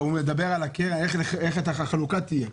הוא מדבר איך החלוקה תהיה.